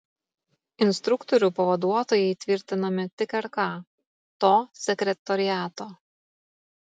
instruktorių pavaduotojai tvirtinami tik rk to sekretoriato